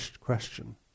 question